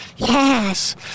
Yes